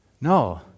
No